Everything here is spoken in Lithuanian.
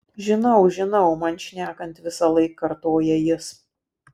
žinau žinau man šnekant visąlaik kartoja jis